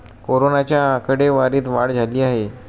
कोरोनाच्या आकडेवारीत वाढ झाली आहे